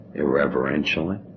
irreverentially